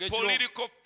political